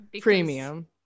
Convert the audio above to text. premium